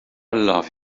love